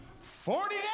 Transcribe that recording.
Forty